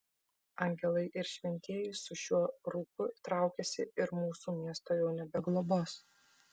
angelai ir šventieji su šiuo rūku traukiasi ir mūsų miesto jau nebeglobos